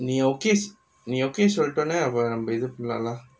நீ:nee okay நீ:nee okay சொல்லிட்டோனே நம்ம நம்ம இது பண்ணுலலா:sollittonae naama namma ithu pannulalaa